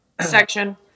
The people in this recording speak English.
section